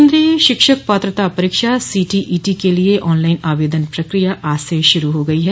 केन्द्रीय शिक्षक पात्रता परीक्षा सीटीईटी के लिए ऑनलाइन आवेदन प्रक्रिया आज शुरू हो गई ह